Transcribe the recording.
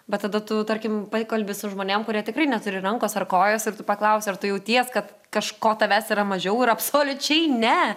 bet tada tu tarkim pakalbi su žmonėm kurie tikrai neturi rankos ar kojos ir tu paklausi ar tu jauties kad kažko tavęs yra mažiau ir absoliučiai ne